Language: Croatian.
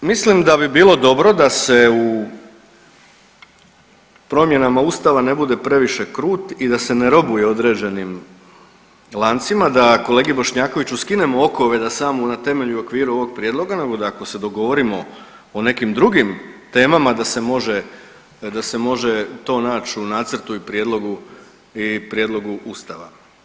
E sad, mislim da bi bilo dobro da se u promjenama Ustava ne bude previše krut i da se ne robuje određenim lancima, da kolegi Bošnjakoviću skinemo okove samo na temelju okviru ovog Prijedloga nego da ako se dogovorimo o nekim drugim temama, da se može to naći u nacrtu i prijedlogu Ustava.